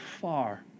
far